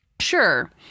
Sure